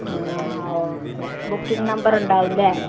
ആ ആ okay booking number ഉണ്ടാവും അല്ലേ